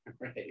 Right